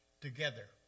together